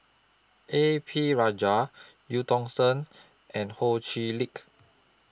A P Rajah EU Tong Sen and Ho Chee Lick